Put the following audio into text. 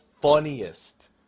funniest